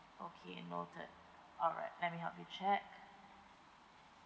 okay noted alright let me help you check